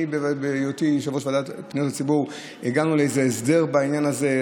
בהיותי יושב-ראש הוועדה לפניות הציבור הגענו להסדר בעניין הזה.